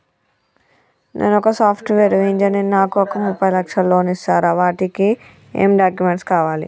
నేను ఒక software engineer నాకు ఒక ముప్పై లక్షల లోన్ ఇస్తరా? వాటికి ఏం డాక్యుమెంట్స్ కావాలి?